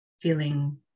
feeling